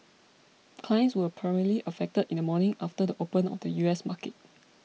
clients were primarily affected in the morning after the the open of U S markets